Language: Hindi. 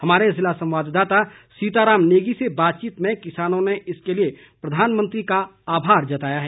हमारे जिला संवाददाता सीताराम नेगी से बातचीत में किसानो ने इसके लिए प्रधानमंत्री का आभार जताया है